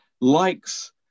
likes